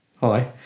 hi